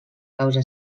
causa